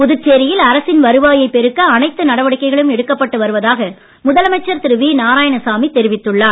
புதுச்சேரியில் அரசின் வருவாயைப் பெருக்க அனைத்து நடவடிக்கைகளும் எடுக்கப்பட்டு வருவதாக முதலமைச்சர் திரு வி நாராயணசாமி தெரிவித்துள்ளார்